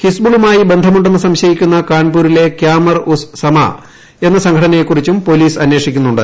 ഹിസ്ബുളുമായി ബന്ധമുണ്ടെന്ന് സംശയിക്കുന്ന കാൺപൂരിലെ കൃാമർ ഉസ് സമ എന്ന സംഘടനയെകുറിച്ചും പൊലീസ് അന്വേഷിക്കുന്നുണ്ട്